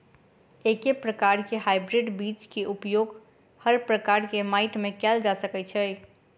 एके प्रकार केँ हाइब्रिड बीज केँ उपयोग हर प्रकार केँ माटि मे कैल जा सकय छै?